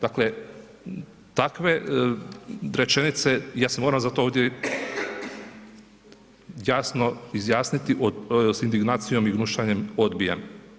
Dakle, takve rečenice, ja se moram za to ovdje jasno izjasniti s indignacijom i gnušanjem odbijam.